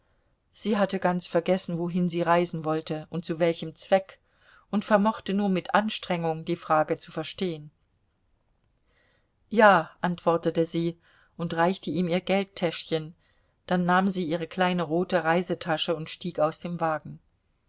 sie hatte ganz vergessen wohin sie reisen wollte und zu welchem zweck und vermochte nur mit anstrengung die frage zu verstehen ja antwortete sie und reichte ihm ihr geldtäschchen dann nahm sie ihre kleine rote reisetasche und stieg aus dem wagen